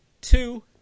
two